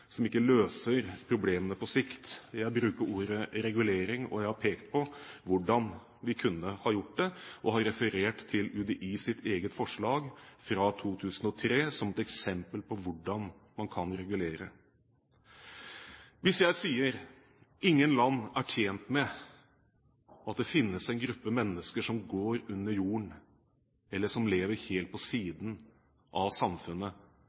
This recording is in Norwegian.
som ikke løser problemene på sikt. Jeg bruker ordet «regulering». Jeg har pekt på hvordan vi kunne ha gjort det, og har referert til UDIs eget forslag fra 2003 som et eksempel på hvordan man kan regulere. Hvis jeg sier at ingen land er tjent med at det finnes en gruppe mennesker som går under jorden, eller som lever helt på siden av samfunnet,